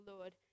Lord